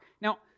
Now